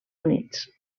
units